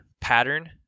pattern